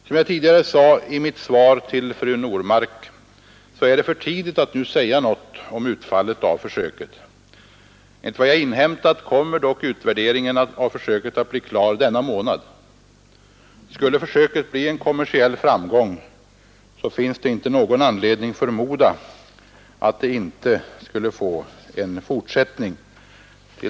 Som jag tidigare sade i mitt svar till fru Normark är det för tidigt att nu säga något om utfallet av försöket. Efter vad jag inhämtat kommer dock utvärderingen av försöket att bli klar denna månad. Skulle försöket bli en kommersiell framgång finns inte någon anledning förmoda att det inte skulle få en fortsättning.